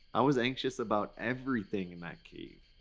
i was anxious about everything in that cave.